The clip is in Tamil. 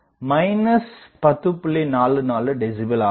44 டெசிபல் ஆகும்